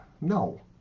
No